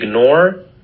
ignore